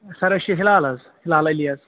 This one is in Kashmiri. سَر أسۍ چھِ ہِلال حظ ہِلال علی حظ